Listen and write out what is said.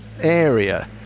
area